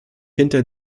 hinter